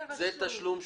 זה תשלום שוטף.